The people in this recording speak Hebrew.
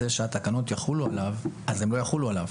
שהתקנות יחולו עליו אז הן לא יחולו עליו.